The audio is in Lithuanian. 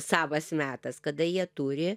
savas metas kada jie turi